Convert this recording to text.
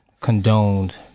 condoned